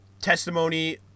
testimony